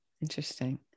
interesting